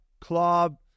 club